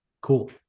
cool